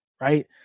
right